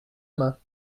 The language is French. main